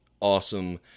awesome